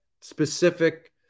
specific